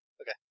Okay